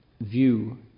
view